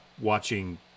watching